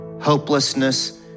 hopelessness